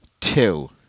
two